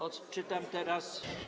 Odczytam teraz.